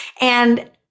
And-